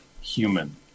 human